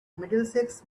middlesex